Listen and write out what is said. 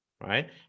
Right